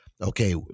okay